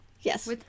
Yes